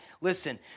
Listen